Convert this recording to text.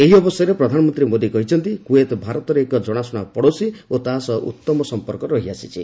ଏହି ଅବସରରେ ପ୍ରଧାନମନ୍ତ୍ରୀ ମୋଦୀ କହିଛନ୍ତି ଯେ କୁଏତ ଭାରତର ଏକ ଜଣାଶୁଣା ପଡ଼ୋଶୀ ଓ ତା ସହ ସମ୍ପର୍କ ଉତ୍ତମ ରହି ଆସିଛି